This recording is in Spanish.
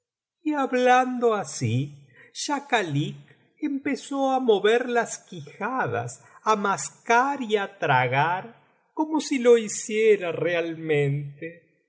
y hablando así schakalik empezó á mover las quijadas á mascar y á tragar como si lo hiciera realmente